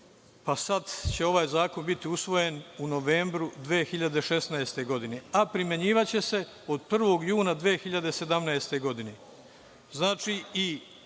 a sada će ovaj zakon biti usvojen u novembru 2016. godine, a primenjivaće se od 1. juna 2017. godine.